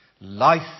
life